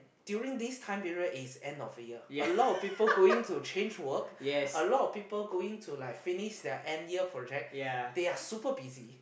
during this time period is end of the year a lot of people going to change work a lot of people going to like finish their year end project they are super busy